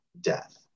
death